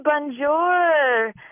bonjour